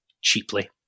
cheaply